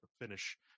finish